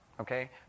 Okay